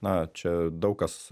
na čia daug kas